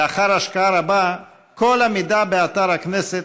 לאחר השקעה רבה כל המידע באתר הכנסת